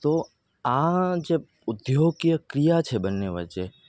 તો આ જે ઉદ્યોગીય ક્રિયા છે બન્ને વચ્ચે